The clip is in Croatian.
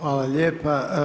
Hvala lijepa.